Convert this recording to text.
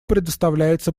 предоставляется